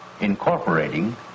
Incorporating